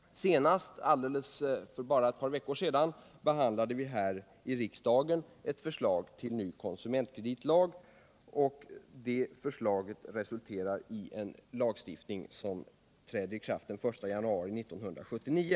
Senast för bara ett par veckor sedan behandlade vi här i riksdagen ett förslag till ny konsumentkreditlag, och det förslaget resulterar i en lagstiftning som träder i kraft den 1 januari 1979.